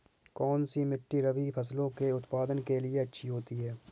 कौनसी मिट्टी रबी फसलों के उत्पादन के लिए अच्छी होती है?